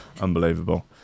Unbelievable